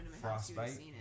frostbite